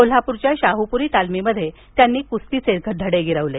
कोल्हापूरच्या शाहूपुरी तालमीत त्यांनी कुस्तीचे धडे गिरवले